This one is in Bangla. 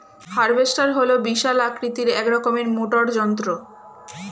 হার্ভেস্টার হল বিশাল আকৃতির এক রকমের মোটর যন্ত্র